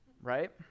right